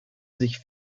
sich